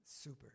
super